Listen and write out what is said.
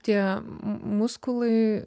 tie muskulai